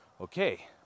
Okay